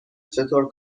چطور